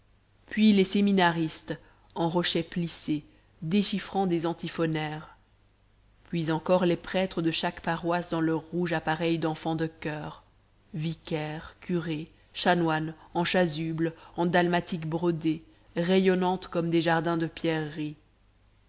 puis les séminaristes en rochets plissés déchiffrant des antiphonaires puis encore les prêtres de chaque paroisse dans leur rouge appareil d'enfants de choeur vicaires curés chanoines en chasubles en dalmatiques brodées rayonnantes comme des jardins de pierreries